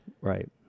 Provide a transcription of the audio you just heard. Right